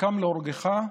"הקם להרגך,